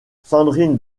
sandrine